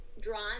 drawn